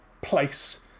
place